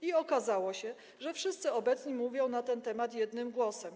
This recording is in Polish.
I okazało się, że wszyscy obecni mówią na ten temat jednym głosem.